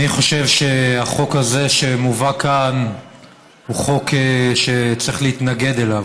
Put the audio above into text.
אני חושב שהחוק הזה שמובא כאן הוא חוק שצריך להתנגד לו.